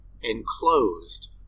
enclosed